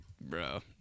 bro